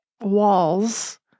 walls